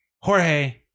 Jorge